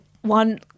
one